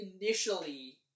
initially